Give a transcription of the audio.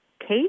case